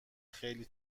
خیلی